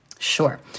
Sure